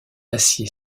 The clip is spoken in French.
acier